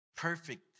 Perfect